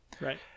Right